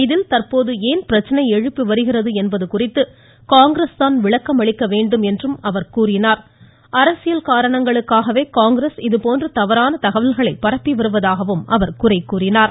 இதில் தந்போது ஏன் பிரச்சனை எழுப்பி வருகிறது என்பது குறித்து காங்கிரஸ் தான் விளக்கம் அளிக்க வேண்டும் என்று கூறினார் அரசியல் காரணங்களுக்காகவே காங்கிரஸ் இது போன்ற தவறான தகவல்களை பரப்பிவருவதாக அவர் குறைகூறினார்